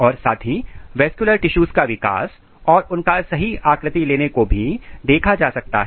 और साथ ही वैस्कुलर टिशूज का विकास और उनका सही आकृति लेने को भी देखा जा सकता है